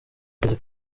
akazi